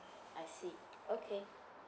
I see okay